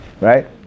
right